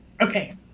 okay